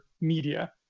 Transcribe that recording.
media